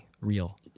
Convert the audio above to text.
real